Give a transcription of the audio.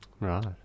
Right